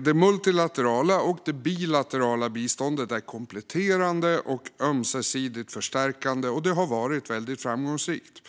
Det multilaterala och det bilaterala biståndet är kompletterande och ömsesidigt förstärkande, och det har varit väldigt framgångsrikt.